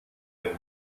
ein